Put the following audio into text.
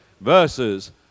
verses